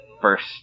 first